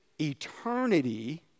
eternity